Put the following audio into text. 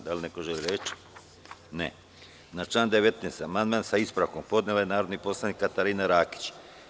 Da li neko želi reč? (Ne) Na član 19. amandman sa ispravkom podnela je narodna poslanica Katarina Rakić.